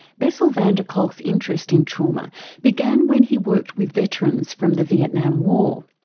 bessel van der kolk's interest in trauma began when he worked with veterans from the vietnam war.